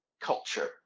culture